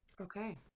Okay